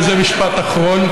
וזה משפט אחרון,